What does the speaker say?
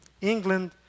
England